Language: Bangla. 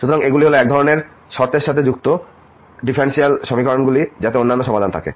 সুতরাং এগুলি হল এক ধরণের শর্তের সাথে যুক্ত ডিফারেনশিয়াল সমীকরণগুলি যাতে অনন্য সমাধান থাকে